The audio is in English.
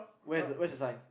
where's the where's the sign